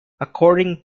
according